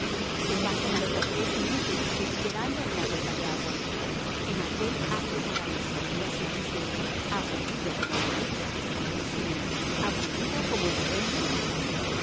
se pasan hasta tres meses esperando una gota de agua en aquel árido paraíso no se dice aburrido como la lluvia sino aburrido como el buen tiempo